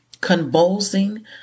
convulsing